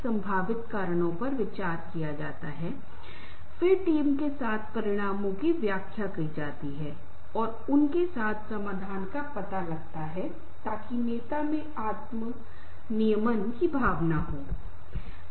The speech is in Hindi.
तो यह वास्तव में बहुत कठिन है लेकिन एक बार जब हम समस्या की पहचान कर लेते हैं तो हम समाधान का प्रस्ताव कर सकते हैं और समय समय पर हम समाधान का आकलन भी कर सकते हैं